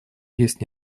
есть